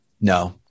no